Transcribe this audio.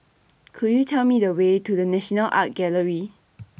Could YOU Tell Me The Way to The National Art Gallery